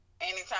anytime